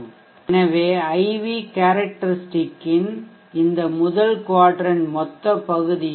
எனவே I V characteristic ன் இந்த முதல் க்வாட்ரன்ட் மொத்த பகுதியும் பி